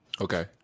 Okay